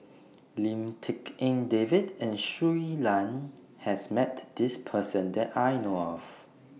Lim Tik En David and Shui Lan has Met This Person that I know of